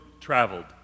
traveled